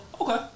Okay